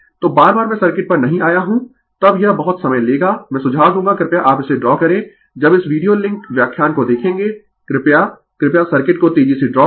तो बार बार मैं सर्किट पर नहीं आया हूं तब यह बहुत समय लेगा मैं सुझाव दूंगा कृपया आप इसे ड्रा करें जब इस वीडियोलिंक व्याख्यान को देखेंगें कृपया कृपया सर्किट को तेजी से ड्रा करें